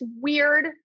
weird